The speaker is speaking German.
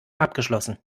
abgeschlossen